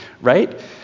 right